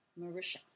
Marisha